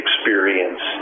experience